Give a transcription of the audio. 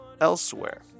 elsewhere